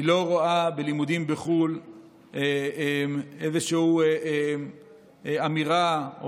אני לא רואה בלימודים בחו"ל איזושהי אמירה או